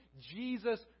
Jesus